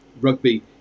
rugby